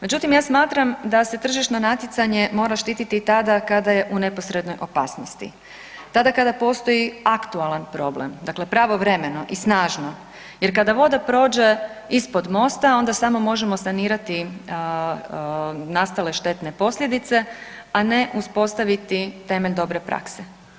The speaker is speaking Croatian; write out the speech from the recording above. Međutim, ja smatram da se tržišno natjecanje mora štititi tada kada je u neposrednoj opasnosti, tada kada postoji aktualan problem, dakle pravovremeno i snažno jer kada voda prođe ispod mosta onda samo možemo sanirati nastale štetne posljedice, a ne uspostaviti temelj dobre prakse.